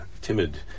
timid